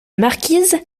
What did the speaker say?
marquise